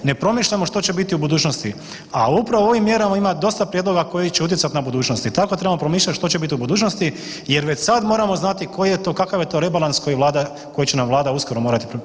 Ne promišljamo što će biti u budućnosti, a upravo u ovim mjerama ima dosta prijedloga koji će utjecati na budućnost i tako trebamo promišljati što će biti u budućnosti jer već sad moramo znati koji je to, kakav je to rebalans koji će nam Vlada uskoro morati predložiti.